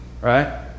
Right